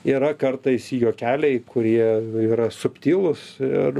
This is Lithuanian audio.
yra kartais juokeliai kurie yra subtilūs ir